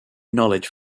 knowledge